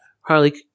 Harley